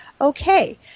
Okay